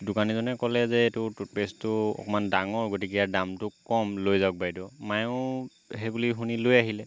দোকানীজনে ক'লে যে এইটো টুথপেষ্টটো অকণমান ডাঙৰ গতিকে ইয়াৰ দামটো কম লৈ যাওক বাইদেউ মায়েও সেইবুলি শুনি লৈ আহিলে